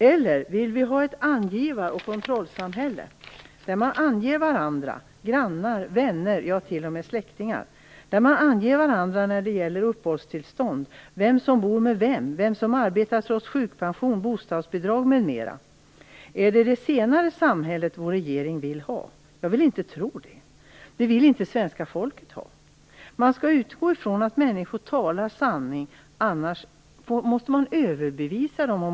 Eller vill vi ha ett angivar och kontrollsamhälle där grannar, vänner, ja till och med släktingar anger varandra när det gäller uppehållstillstånd? Man berättar vem som bor med vem, vem som arbetar trots sjukpension, bostadsbidrag m.m. Är det det senare samhället som vår regering vill ha? Jag vill inte tro det. Det samhället vill inte svenska folket ha. Man skall utgå från att människor talar sanning, annars måste man överbevisa dem.